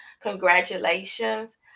Congratulations